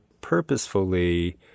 purposefully